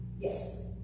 Yes